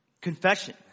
confession